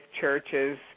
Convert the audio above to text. churches